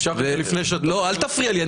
אפשר רגע, לפני שאתה --- לא, אל תפריע לי.